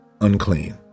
unclean